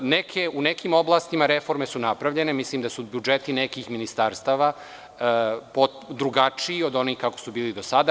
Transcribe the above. U nekim oblastima reforme su napravljene i mislim da su budžeti nekih ministarstava, drugačiji od onih kakvi su bili do sada.